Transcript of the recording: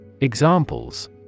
Examples